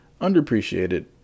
underappreciated